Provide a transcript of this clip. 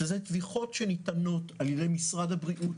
שזה תמיכות שניתנות על ידי משרד הבריאות